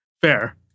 Fair